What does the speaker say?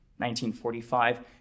1945